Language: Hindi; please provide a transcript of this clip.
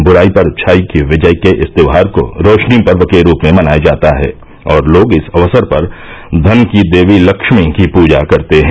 ब्राई पर अच्छाई की विजय के इस त्यौहार को रोशनी पर्व के रूप में मनाया जाता है और लोग इस अवसर पर धन की देवीलक्ष्मी की पूजा करते हैं